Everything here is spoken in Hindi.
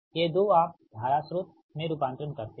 ये दो आप धारा स्रोत में रुपांतरण करते हैं